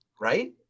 right